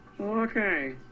Okay